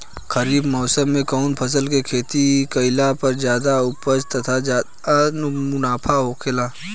खरीफ़ मौसम में कउन फसल के खेती कइला पर ज्यादा उपज तथा ज्यादा मुनाफा होखेला?